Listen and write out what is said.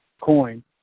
coin